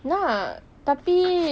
nak tetapi